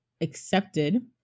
accepted